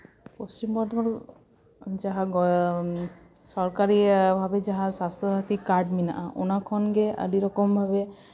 ᱯᱚᱥᱪᱤᱢ ᱵᱚᱨᱫᱷᱚᱢᱟᱱ ᱡᱟᱦᱟᱸ ᱥᱚᱨᱠᱟᱨᱤ ᱵᱷᱟᱵᱮ ᱡᱟᱦᱟᱸ ᱥᱟᱥᱛᱷᱚ ᱥᱟᱛᱷᱤ ᱠᱟᱨᱰ ᱢᱮᱱᱟᱜᱼᱟ ᱚᱱᱟ ᱠᱷᱚᱱᱜᱮ ᱟᱹᱰᱤ ᱨᱚᱠᱚᱢ ᱵᱷᱟᱵᱮ